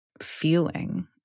feeling